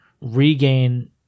regain